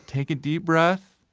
take a deep breath,